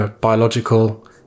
biological